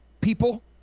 people